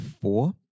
four